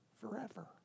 forever